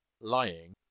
lying